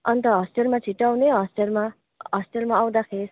अन्त हस्टेलमा छिट्टो आउनु हस्टेलमा हस्टेलमा आउँदाखेरि